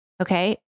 Okay